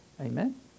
Amen